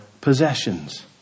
possessions